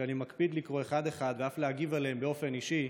שאני מקפיד לקרוא אחד-אחד ואף להגיב עליהם באופן אישי,